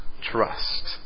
Trust